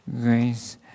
grace